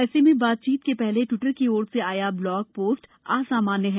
ऐसे में बातचीत के पहले ट्विटर की ओर से आया ब्लॉग पोस्ट असामान्य है